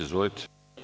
Izvolite.